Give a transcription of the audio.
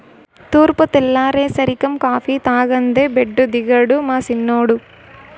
తూర్పు తెల్లారేసరికం కాఫీ తాగందే బెడ్డు దిగడు మా సిన్నోడు